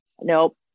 nope